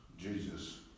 Jesus